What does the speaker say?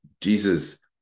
jesus